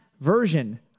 version